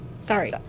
sorry